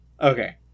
Okay